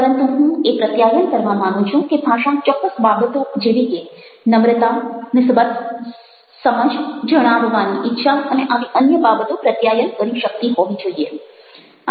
પરંતુ હું એ પ્રત્યાયન કરવા માગું છું કે ભાષા ચોક્કસ બાબતો જેવી કે નમ્રતા નિસ્બત સમજ જણાવવાની ઇચ્છા અને આવી અન્ય બાબતો પ્રત્યાયન કરી શકતી હોવી જોઈએ